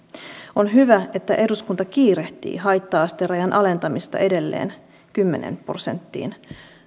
on hyvä että eduskunta kiirehtii haitta asterajan alentamista edelleen kymmeneen prosenttiin